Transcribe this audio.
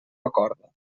acorda